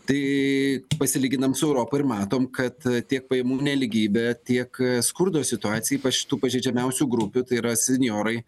tai pasilyginam su europa ir matom kad tiek pajamų nelygybė tiek skurdo situacija ypač tų pažeidžiamiausių grupių tai yra senjorai